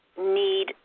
need